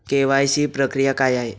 KYC प्रक्रिया काय आहे?